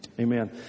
Amen